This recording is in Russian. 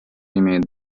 имеет